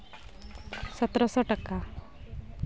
ᱥᱚᱛᱮᱨᱚ ᱥᱚ ᱴᱟᱠᱟ